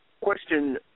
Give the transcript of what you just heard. Question